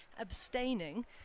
abstaining